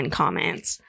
comments